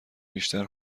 بیشتر